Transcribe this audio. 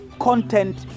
content